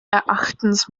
erachtens